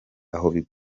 aho